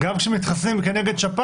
שפעת.